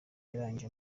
yarangije